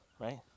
right